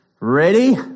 ready